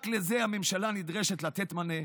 רק לזה הממשלה נדרשת לתת מענה,